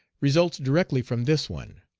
results directly from this one.